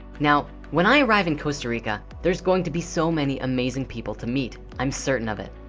now when i arrived in costa rica, there's going to be so many amazing people to meet i'm certain of it.